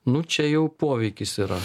nu čia jau poveikis yra